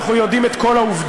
אנחנו יודעים את כל העובדות,